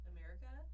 America